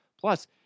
Plus